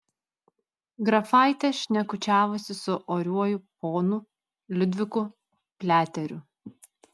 grafaitė šnekučiavosi su oriuoju ponu liudviku pliateriu